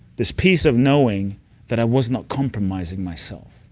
this peace of knowing that i was not compromising myself,